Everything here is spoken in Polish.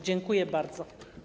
Dziękuję bardzo.